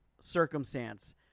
circumstance